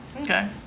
Okay